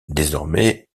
désormais